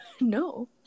No